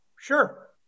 Sure